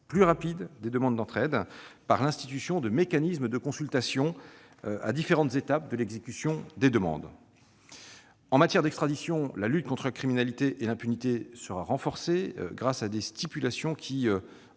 plus rapide des demandes d'entraide par l'institution de mécanismes de consultation à différentes étapes de l'exécution des demandes. En matière d'extradition, la lutte contre la criminalité et l'impunité sera renforcée grâce à des stipulations